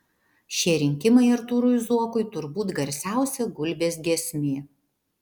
šie rinkimai artūrui zuokui turbūt garsiausia gulbės giesmė